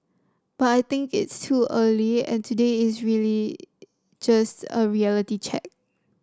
but I think it is too early and today is really just a reality check